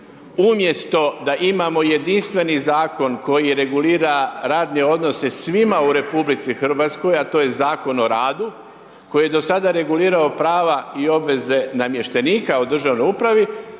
Umjesto da imamo jedinstveni Zakon koji regulira radne odnose svima u RH, a to je Zakon u radu, koji je do sada regulirao prava i obveze namještenika u državnoj upravi,